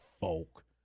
Folk